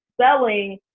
selling